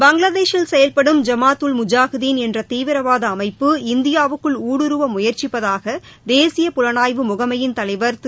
பங்களாதேஷில் செயவ்படும் ஜமாத் உல் முஜாஹிதீன் என்ற தீவிரதவாத அமைப்பு இந்தியாவுக்குள் ஊடுருவ முயற்சிப்பதாக தேசிய புலனாய்வு முகமையின் தலைவர் திரு